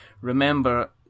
Remember